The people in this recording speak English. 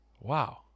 Wow